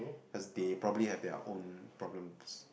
as they probably have their own problems